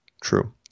True